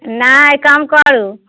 नहि कम करू